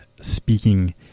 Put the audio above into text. speaking